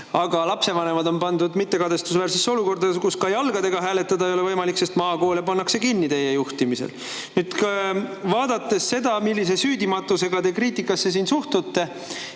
Ja lapsevanemad on pandud mittekadestusväärsesse olukorda, kus ka jalgadega hääletada ei ole võimalik, sest maakoole pannakse teie juhtimisel kinni. Vaadates seda, millise süüdimatusega te kriitikasse suhtute